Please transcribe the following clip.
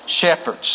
shepherds